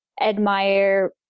admire